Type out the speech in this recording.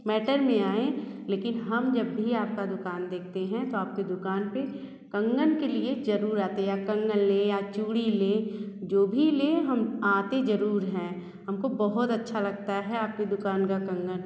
matter में आएँ लेकिन हम जब भी आपका दुकान देखते हैं तो आपकी दुकान पर कंगन के लिए ज़रूर आते हैं कंगन लें या चूड़ी लें जो भी लें हम आते ज़रूर हैं हमको हमको बहुत अच्छा लगता है आपके दुकान का कंगन